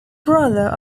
brother